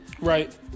Right